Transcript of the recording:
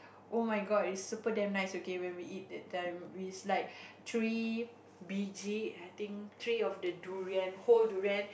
oh-my-god is super damn nice okay when we eat that time it is like three B_G I think three of the durian whole durian